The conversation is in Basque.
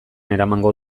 eramango